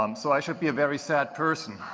um so, i should be a very sad person